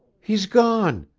he's gone!